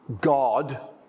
God